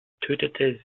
tötete